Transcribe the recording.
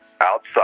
outside